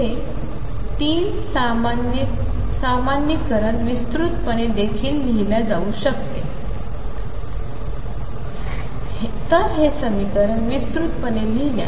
हे 3 सामान्यीकरण विस्तृत पणे देखील लिहिले जाऊ शकते तर हे समीकरण विस्तृत पणे लिहिल्यास